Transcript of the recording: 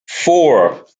four